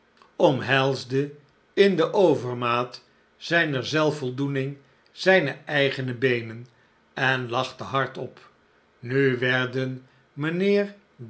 omhelsde in de overmaat zijner zelfvoldoening zijne eigene beenen en lachte hardop nu werden mijnheer